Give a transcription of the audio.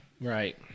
Right